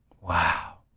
Wow